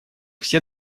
все